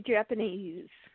Japanese